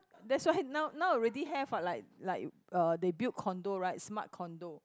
that's why now now already have what like like uh they build condo right smart condo